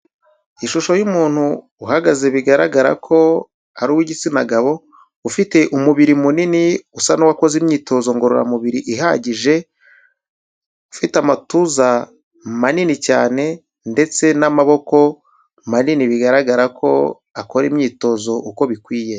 Ishusho y'umuntu uhagaze bigaragara ko ari uw'igitsina gabo, ufite umubiri munini usa n'uwakoze imyitozo ngororamubiri ihagije, ufite amatuza manini cyane ndetse n'amaboko manini bigaragara ko akora imyitozo uko bikwiye.